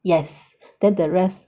yes then the rest